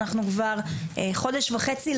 אנחנו כבר חודש וחצי,